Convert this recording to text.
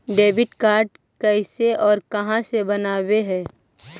Debit card कैसे और कहां से बनाबे है?